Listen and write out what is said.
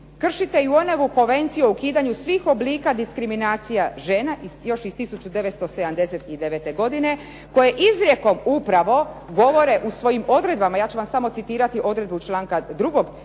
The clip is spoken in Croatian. kršite UN-ovu konvenciju o ukidanju svih oblika diskriminacija žena iz 1979. godine, koje izrijekom upravo govore u svojim odredbama, ja ću vam samo citirati odredbu članka 2.